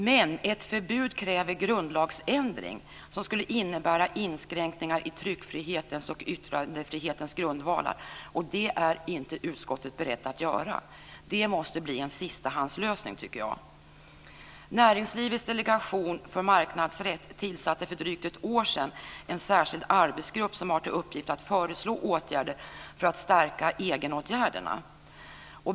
Men ett förbud kräver en grundlagsändring som skulle innebära inskränkningar i tryckfrihetens och yttrandefrihetens grundvalar, och en sådan är inte utskottet berett att göra. Det måste bli en sistahandslösning, tycker jag. Näringslivets Delegation för Marknadsrätt tillsatte för drygt ett år sedan en särskild arbetsgrupp som har till uppgift att föreslå åtgärder för att stärka egenåtgärderna.